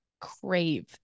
crave